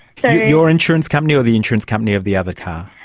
so your insurance company or the insurance company of the other car?